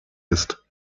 ist